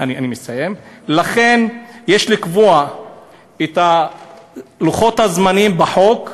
לכן יש לקבוע את לוחות הזמנים בחוק,